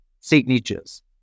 signatures